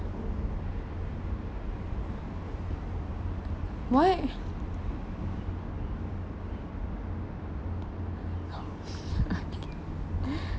why okay